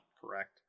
correct